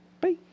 Bye